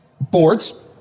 boards